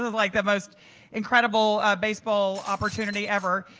like the most incredible baseball opportunity ever.